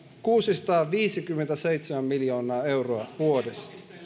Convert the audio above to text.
kuusisataaviisikymmentäseitsemän miljoonaa euroa vuodessa